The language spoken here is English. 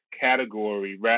category